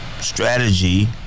Strategy